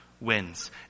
wins